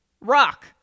Rock